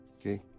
Okay